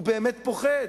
הוא באמת פוחד.